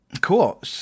cool